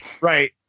Right